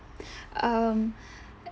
um